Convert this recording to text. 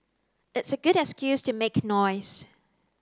it's a good excuse to make noise